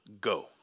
go